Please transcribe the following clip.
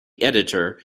editor